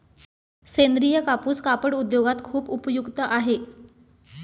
सेंद्रीय कापूस कापड उद्योगात खूप उपयुक्त आहे